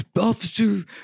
officer